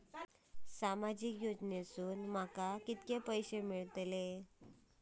सामाजिक योजनेसून माका किती पैशे मिळतीत?